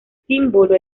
símbolo